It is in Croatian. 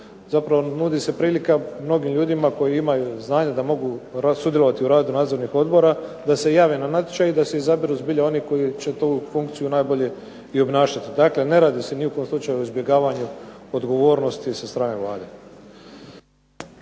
način nudi se prilika mnogim ljudima koji imaju znanja da mogu sudjelovati u radu nadzornih odbora, da se jave na natječaj i da se izaberu zbilja oni koji će tu funkciju najbolje obnašati. Dakle, ne radi se ni u kom slučaju izbjegavanju odgovornosti sa strane Vlade.